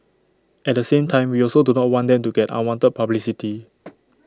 at the same time we also do not want them to get unwanted publicity